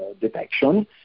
detection